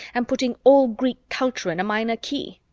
and putting all greek culture in a minor key.